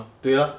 对 ah